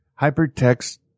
Hypertext